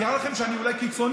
נראה לכם שאני אולי קיצוני,